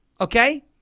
okay